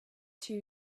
too